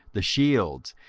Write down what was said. the shields,